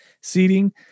seating